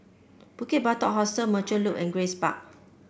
Bukit Batok Hostel Merchant Loop and Grace Park